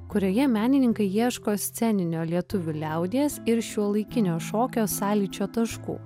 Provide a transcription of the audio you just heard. kurioje menininkai ieško sceninio lietuvių liaudies ir šiuolaikinio šokio sąlyčio taškų